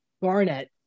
Barnett